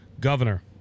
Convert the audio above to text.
governor